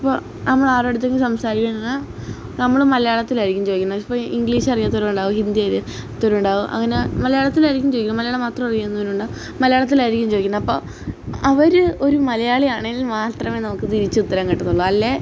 ഇപ്പം നമ്മളാരുടെയടുത്തെങ്കിലും സംസാരിക്കുന്ന നമ്മൾ മലയാളത്തിലായിരിക്കും ചോദിക്കുന്നത് ഇപ്പം ഇംഗ്ലീഷ് അറിയാത്തവരുണ്ടാകും ഹിന്ദി അറി യാത്തവരുണ്ടാകും അങ്ങനെ മലയാളത്തിലായിരിക്കും ചോദിക്കുന്നത് മലയാളം മാത്രം അറിയാവുന്നവരുമുണ്ടാകും മലയാളത്തിലായിരിക്കും ചോദിക്കുന്നത് അപ്പോൾ അവർ ഒരു മലയാളി ആണേൽ മാത്രമേ നമുക്ക് തിരിച്ചുത്തരം കിട്ടത്തുള്ളൂ അല്ലേ